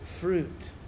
fruit